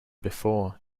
before